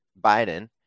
Biden